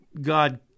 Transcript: God